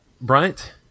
Bryant